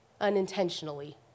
unintentionally